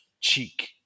Cheek